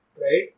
right